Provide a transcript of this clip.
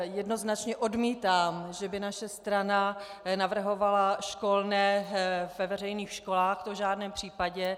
Jednoznačně odmítám, že by naše strana navrhovala školné ve veřejných školách, to v žádném případě.